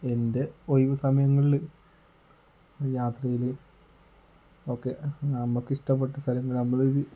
എൻ്റെ ഒഴിവു സമയങ്ങളിൽ യാത്രയിൽ ഒക്കെ നമുക്കിഷ്ടപ്പെട്ട സ്ഥലങ്ങൾ നമ്മൾ